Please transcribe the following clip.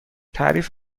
تعریف